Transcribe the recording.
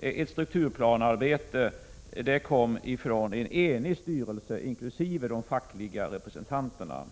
med en ny strukturplan givits av en enig styrelse, inkl. de fackliga representanterna.